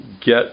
get